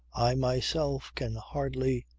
i myself can hardly.